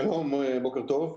שלום, בוקר טוב.